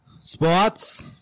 Sports